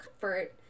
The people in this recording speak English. comfort